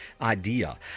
idea